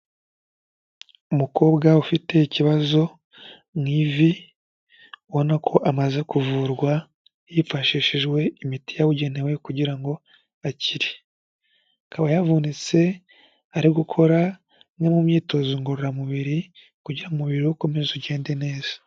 Umukobwa ufite ikibazo mu ivi, ubona ko amaze kuvurwa hifashishijwe imiti yabugenewe kugira ngo akire, akaba yavunitse ari gukora imwe mu myitozo ngororamubiri kugira ngo umubiri ukomeze ugende neza.